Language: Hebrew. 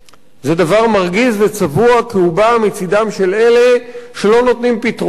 זה דבר מרגיז וצבוע כי הוא בא מצדם של אלה שלא נותנים פתרונות,